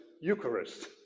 Eucharist